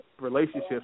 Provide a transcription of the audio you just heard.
relationships